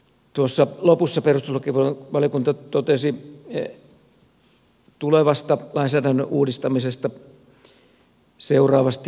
tuossa lopussa perustuslakivaliokunta totesi tulevasta lainsäädännön uudistamisesta seuraavasti